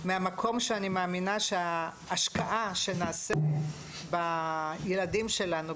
מהמקום שאני מאמינה שההשקעה שנעשה בילדים שלנו,